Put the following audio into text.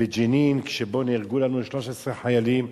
בג'נין שבו נהרגו לנו 13 חיילים,